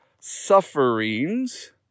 sufferings